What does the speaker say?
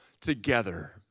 together